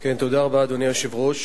אדוני היושב-ראש,